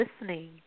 listening